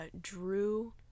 drew